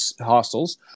hostels